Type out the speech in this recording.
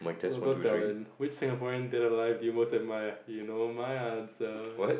local talent which Singaporean dead or alive do you most admire you know my answer